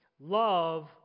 Love